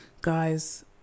guys